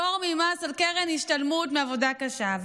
פטור ממס על קרן השתלמות מעבודה קשה.